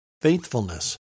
faithfulness